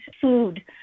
food